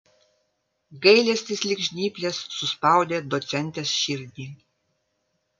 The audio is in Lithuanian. gailestis lyg žnyplės suspaudė docentės širdį